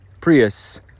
Prius